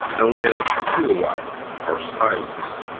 known as khilwat or silence.